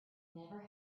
never